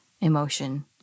emotion